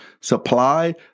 Supply